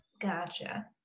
gotcha